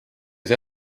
see